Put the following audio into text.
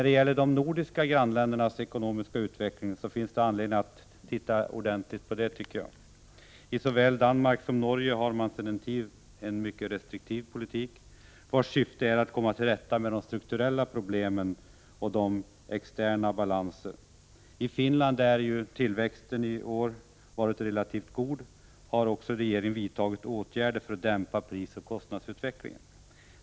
Det finns anledning att titta ordentligt på de nordiska grannländernas ekonomiska utveckling. I såväl Danmark som Norge för man sedan en tid en mycket restriktiv politik vars syfte är att komma till rätta med de strukturella problemen och de externa balanserna. I Finland har tillväxten i år varit relativt god. Där har också regeringen vidtagit åtgärder för att dämpa prisoch kostnadsutvecklingen.